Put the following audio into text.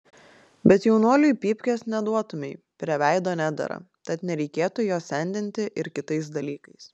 bet jaunuoliui pypkės neduotumei prie veido nedera tad nereikėtų jo sendinti ir kitais dalykais